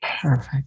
Perfect